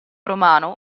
romano